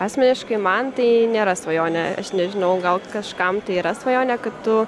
asmeniškai man tai nėra svajonė aš nežinau gal kažkam tai yra svajonė kad tu